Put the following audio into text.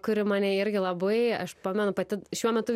kuri mane irgi labai aš pamenu pati šiuo metu